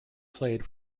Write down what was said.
played